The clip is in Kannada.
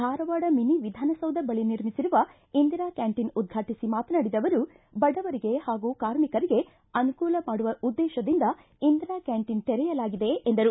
ಧಾರವಾಡ ಮಿನಿ ವಿಧಾನಸೌಧ ಬಳಿ ನಿರ್ಮಿಸಿರುವ ಇಂದಿರಾ ಕ್ಯಾಂಟೀನ್ ಉದ್ಘಾಟಿಸಿ ಮಾತನಾಡಿದ ಅವರು ಬಡವರಿಗೆ ಹಾಗೂ ಕಾರ್ಮಿಕರಿಗೆ ಅನುಕೂಲ ಮಾಡುವ ಉದ್ದೇಶದಿಂದ ಇಂದಿರಾ ಕ್ಯಾಂಟೀನ್ ತೆರೆಯಲಾಗಿದೆ ಎಂದರು